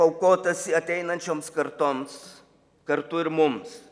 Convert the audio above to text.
aukotasi ateinančioms kartoms kartu ir mums